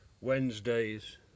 Wednesdays